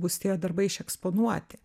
bus tie darbai išeksponuoti